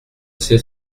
c’est